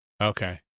Okay